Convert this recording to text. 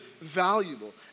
valuable